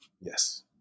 yes